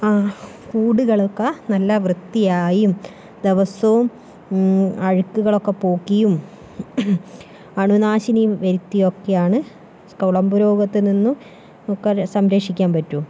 കൂടുകളൊക്ക നല്ല വൃത്തിയായും ദിവസവും അഴുക്കുകളൊക്കെ പോക്കിയും അണുനാശിനി വരുത്തി ഒക്കെ ആണ് കുളമ്പു രോഗത്തിൽ നിന്നും നമുക്ക് സംരക്ഷിക്കാൻ പറ്റൂ